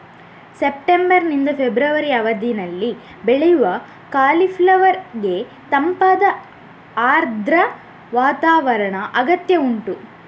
September ನಿಂದ February ಅವಧಿನಲ್ಲಿ ಬೆಳೆಯುವ ಕಾಲಿಫ್ಲವರ್ ಗೆ ತಂಪಾದ ಆರ್ದ್ರ ವಾತಾವರಣದ ಅಗತ್ಯ ಉಂಟು